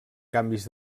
canvis